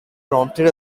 prompted